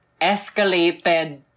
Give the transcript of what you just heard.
escalated